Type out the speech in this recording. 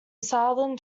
southern